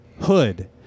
hood